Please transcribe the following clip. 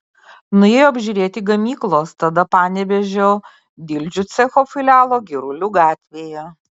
nuėjo apžiūrėti gamyklos tada panevėžio dildžių cecho filialo girulių gatvėje